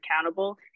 accountable